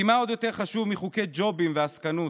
כי מה עוד יותר חשוב מחוקי ג'ובים ועסקנות.